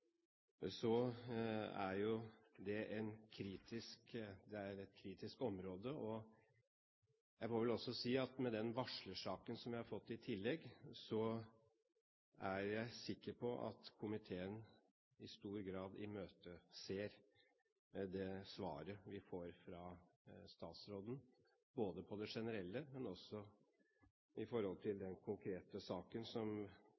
så er det et kritisk område. Jeg får vel også si at med den varslersaken som vi har fått i tillegg, er jeg sikker på at komiteen i stor grad imøteser det svaret vi får fra statsråden, både på det generelle og også i forhold til